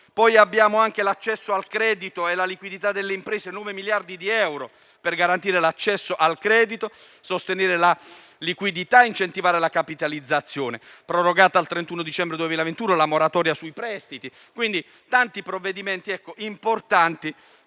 poi anche l'accesso al credito e alla liquidità per le imprese: 9 miliardi di euro per garantire l'accesso al credito, sostenere la liquidità e incentivare la capitalizzazione. È stata prorogata al 31 dicembre 2021 la moratoria sui prestiti. Si tratta quindi di tanti provvedimenti importanti